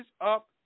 up